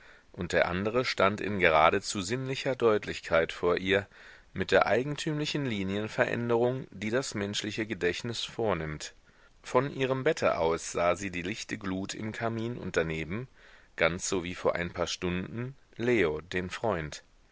und der andere stand in geradezu sinnlicher deutlichkeit vor ihr mit der eigentümlichen linienveränderung die das menschliche gedächtnis vornimmt von ihrem bette aus sah sie die lichte glut im kamin und daneben ganz so wie vor ein paar stunden leo den freund